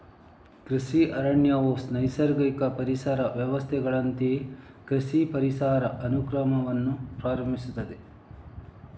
ಕೃಷಿ ಅರಣ್ಯವು ನೈಸರ್ಗಿಕ ಪರಿಸರ ವ್ಯವಸ್ಥೆಗಳಂತೆಯೇ ಕೃಷಿ ಪರಿಸರ ಅನುಕ್ರಮವನ್ನು ಪ್ರಾರಂಭಿಸುತ್ತದೆ